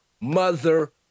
mother